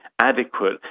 adequate